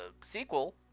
sequel